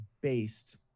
based